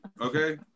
Okay